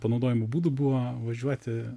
panaudojimo būdų buvo važiuoti